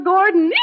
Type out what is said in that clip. Gordon